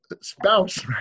spouse